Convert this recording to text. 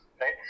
right